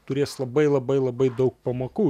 turės labai labai labai daug pamokų